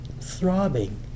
throbbing